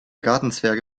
gartenzwerge